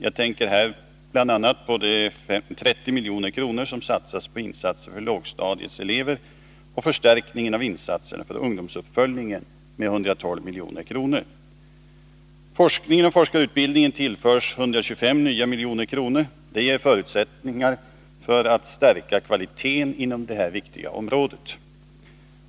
Jag tänker här bl.a. på de 30 milj.kr. som satsas på insatser för lågstadiets elever och förstärkningen av insatser för ungdomsuppföljningen med 112 milj.kr. Forskningen och forskarutbildningen tillförs 125 nya miljoner. Det ger förutsättningar för att stärka kvaliteten inom detta viktiga område.